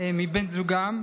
מבן זוגם,